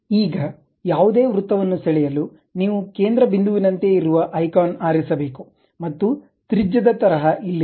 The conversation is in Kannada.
ಈಗ ಯಾವುದೇ ವೃತ್ತವನ್ನು ಸೆಳೆಯಲು ನೀವು ಕೇಂದ್ರ ಬಿಂದುವಿನಂತೆ ಇರುವ ಐಕಾನ್ ಆರಿಸಬೇಕು ಮತ್ತು ತ್ರಿಜ್ಯದ ತರಹ ಇಲ್ಲಿದೆ